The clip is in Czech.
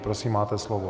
Prosím, máte slovo.